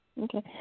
Okay